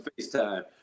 FaceTime